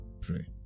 pray